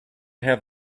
have